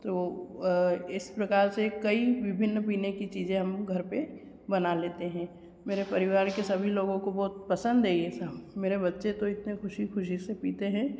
वह इस प्रकार कई विभिन्न पीने की चीज़ें बना लेते हैं मेरे परिवार के सभी लोगों को पसंद है यह सब मेरे बच्चे तो इतने ख़ुशी ख़ुशी से पीते हैं